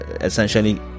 essentially